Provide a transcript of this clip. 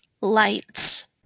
Lights